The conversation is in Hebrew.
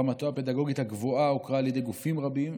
רמתו הפדגוגית הגבוהה הוכרה על ידי גופים רבים.